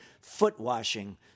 foot-washing